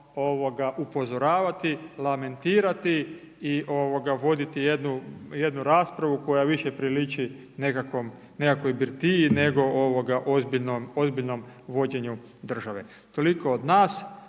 upozoravati, lamentirati i voditi jednu raspravu koja više priliči nekakvoj birtiji nego ozbiljnom vođenju države. Toliko od nas,